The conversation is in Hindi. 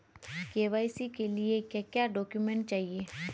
के.वाई.सी के लिए क्या क्या डॉक्यूमेंट चाहिए?